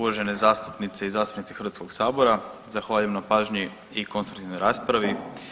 Uvažene zastupnice i zastupnici Hrvatskog sabora zahvaljujem na pažnji i konstruktivnoj raspravi.